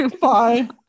Bye